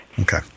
Okay